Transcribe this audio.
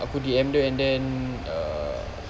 aku D_M dia and then err